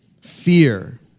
Fear